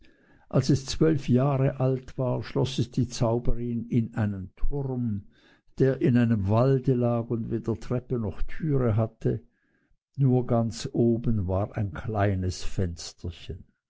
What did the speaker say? als es zwölf jahre alt war schloß es die zauberin in einen turm der in einem walde lag und weder treppe noch türe hatte nur ganz oben war ein kleines fensterchen